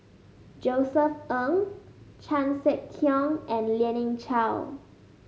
Josef Ng Chan Sek Keong and Lien Ying Chow